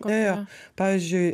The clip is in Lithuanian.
jo jo jo pavyzdžiui